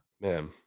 Man